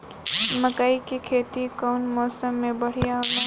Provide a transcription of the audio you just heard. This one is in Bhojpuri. मकई के खेती कउन मौसम में बढ़िया होला?